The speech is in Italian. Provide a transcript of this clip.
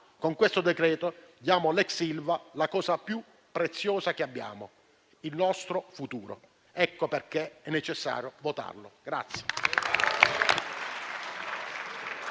con questo decreto diamo all'ex Ilva la cosa più preziosa che abbiamo: il nostro futuro. Ecco perché è necessario votarlo.